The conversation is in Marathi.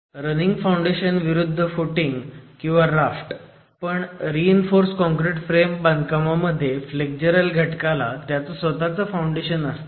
तर रनिंग फाउंडेशन विरुद्ध फुटिंग किंवा राफ्ट पण रीइंफोर्स काँक्रिट फ्रेम बांधकामामध्ये फ्लेग्जरल घटकाला त्याचं स्वतःचं फाउंडेशन असतं